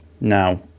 Now